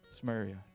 Samaria